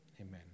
Amen